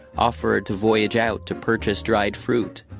offered to voyage out to purchase dried fruit,